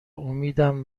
امیدم